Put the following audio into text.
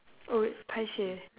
oh paiseh